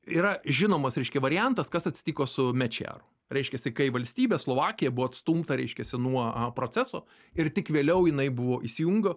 yra žinomas reiškia variantas kas atsitiko su mečiaru reiškiasi kai valstybė slovakija buvo atstumta reiškiasi nuo proceso ir tik vėliau jinai buvo įsijungo